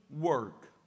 work